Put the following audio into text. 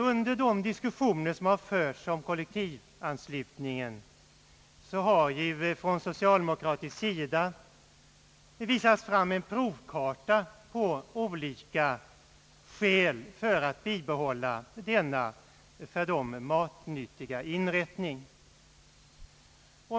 Under de diskussioner som har förts om kollektivanslutningen har det från socialdemokratisk sida visats fram en provkarta på olika skäl för att bibehålla denna för socialdemokraterna så matnyttiga inrättning.